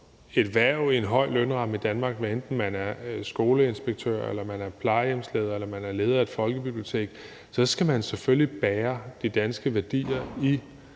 et hverv i en høj lønramme i Danmark, hvad enten man er skoleinspektør, plejehjemsleder eller leder af et folkebibliotek, selvfølgelig skal bære de danske værdier i